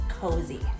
cozy